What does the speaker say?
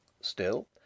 Still